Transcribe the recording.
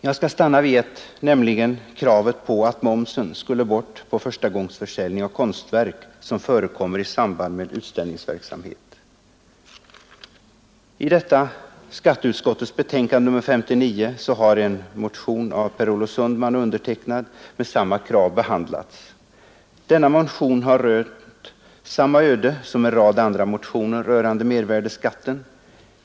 Jag skall stanna vid ett, nämligen kravet på att momsen tages bort vid förstagångsförsäljning av konstverk som förekommer i samband med utställningsverksamhet. I skatteutskottets betänkande nr 59 behandlas en motion av Per Olof Sundman och mig med samma krav. Denna motion har rönt samma öde som en rad andra motioner rörande mervärdeskatten.